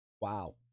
Wow